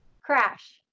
Crash